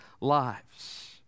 lives